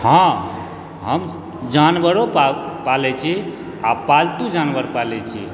हँ हम जानवरो पालै छी आ पालतू जानवर पालै छी